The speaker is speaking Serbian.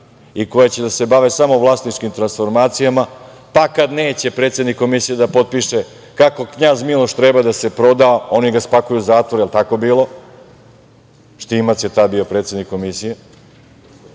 i koje će da se bave samo vlasničkim transformacijama, pa kada neće predsednik Komisije da potpiše kako „Knjaz Miloš“ treba da se proda, oni ga spakuju u zatvor. Jel tako bilo? Štimac je tada bio predsednik Komisije,